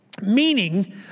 Meaning